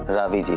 but raavi